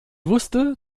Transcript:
wusste